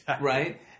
Right